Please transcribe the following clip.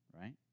Right